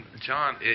John